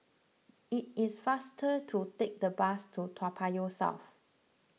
it is faster to take the bus to Toa Payoh South